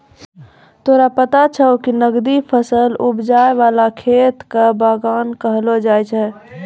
तोरा पता छौं कि नकदी फसल उपजाय वाला खेत कॅ बागान कहलो जाय छै